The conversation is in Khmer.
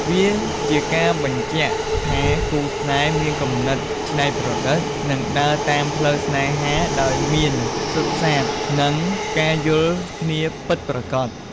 វាជាការបញ្ជាក់ថាគូស្នេហ៍មានគំនិតច្នៃប្រឌិត និងដើរតាមផ្លូវស្នេហាដោយមានសុទ្ធសាធ និងការយល់គ្នាពិតប្រាកដ។